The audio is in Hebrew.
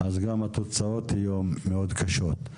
אז גם התוצאות יהיו מאוד קשות.